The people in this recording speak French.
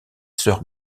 sœurs